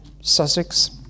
Sussex